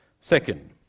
Second